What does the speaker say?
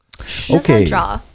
okay